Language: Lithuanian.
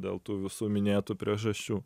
dėl tų visų minėtų priežasčių